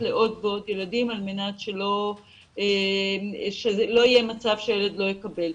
לעוד ועוד ילדים על מנת שלא יהיה מצב שילד לא יקבל.